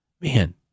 Man